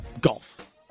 golf